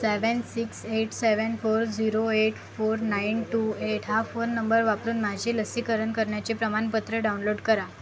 seven six eight seven four zero eight four nine two eight हा phone number वापरून माझे लसीकरणाचे प्रमाणपत्र डाउनलोड करा